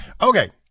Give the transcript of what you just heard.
Okay